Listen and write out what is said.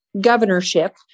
governorship